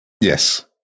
yes